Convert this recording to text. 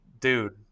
dude